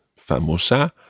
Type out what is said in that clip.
FAMOSA